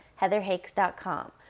heatherhakes.com